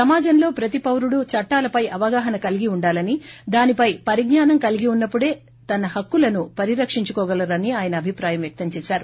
సమాజంలో ప్రతి పౌరుడు చట్టాలపై అవగాహన కలిగి ఉండాలని దానిపై పరిజ్ఞానం కలిగి ఉన్నప్పుడే తన హక్కులను పరిరక్షించుకోగలరని ఆయన అభిప్రాయం వ్యక్తం చేశారు